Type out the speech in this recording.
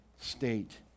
State